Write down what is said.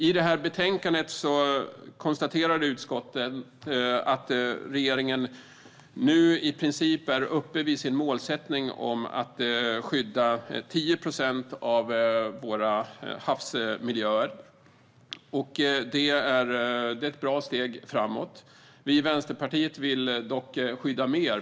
I betänkandet konstaterar utskottet att regeringen nu i princip har uppnått målsättning att skydda 10 procent av våra havsmiljöer. Det är ett bra steg framåt. Vi i Vänsterpartiet vill dock skydda mer.